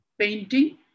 painting